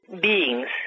beings